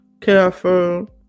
careful